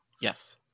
Yes